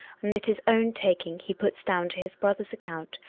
and that his own taking he puts down to his brother's account,